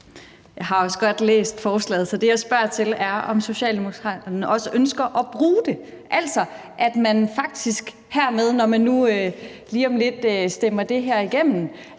Jeg har også godt læst forslaget, så det, jeg spørger til, er, om Socialdemokraterne også ønsker at bruge det, altså om man hermed, når man nu lige om lidt stemmer det her igennem,